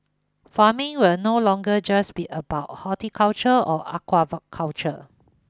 farming will no longer just be about horticulture or aqua culture